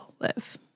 live